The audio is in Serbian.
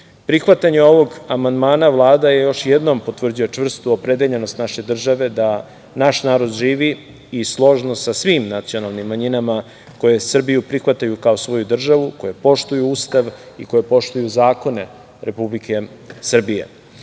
žive. Prihvatanjem ovog amandmana Vlada još jednom potvrđuje čvrstu opredeljenost naše države da naš narod živi složno sa svim nacionalnim manjinama koje Srbiju prihvataju kao svoju državu, koje poštuju Ustav i koje poštuju zakone Republike Srbije.Za